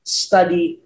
study